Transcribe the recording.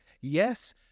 Yes